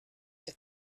have